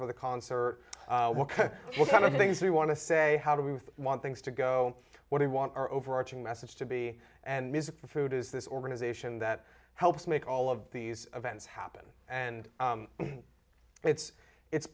for the concert what kind of things we want to say how do we want things to go what we want our overarching message to be and music for food is this organization that helps make all of these events happen and it's it's